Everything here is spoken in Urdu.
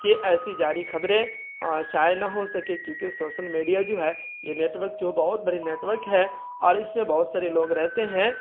کہ ایسی جعلی خبریں شائع نہ ہو سکے کیونکہ سوسل میڈیا جو ہے یہ نیٹ ورک جو بہت برے نیٹ ورک ہے اور اس میں بہت سارے لوگ رہتے ہیں